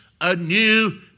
anew